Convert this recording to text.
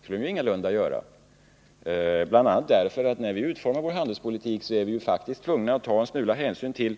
Det skulle de ingalunda göra, och det beror bl.a. på att vi när vi utformar vår handelspolitik måste ta en smula hänsyn till